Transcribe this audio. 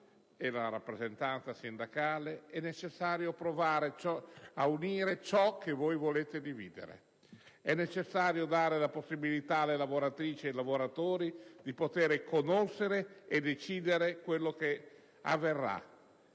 e la rappresentanza sindacale - provare ad unire ciò che voi volete dividere, è necessario dare la possibilità alle lavoratrici e ai lavoratori di poter conoscere e decidere ciò che avverrà,